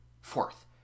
fourth